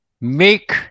make